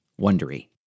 Wondery